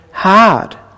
Hard